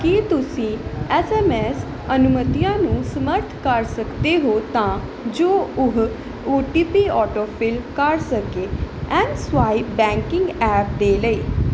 ਕੀ ਤੁਸੀਂਂ S M S ਅਨੁਮਤੀਆਂ ਨੂੰ ਸਮਰੱਥ ਕਰ ਸਕਦੇ ਹੋ ਤਾਂ ਜੋ ਉਹ ਓ ਟੀ ਪੀ ਆਟੋਫਿਲ ਕਰ ਸਕੇ ਐੱਮਸਵਾਇਪ ਬੈਂਕਿੰਗ ਐਪ ਦੇ ਲਈ